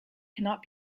cannot